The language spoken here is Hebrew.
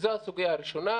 זו הסוגיה הראשונה.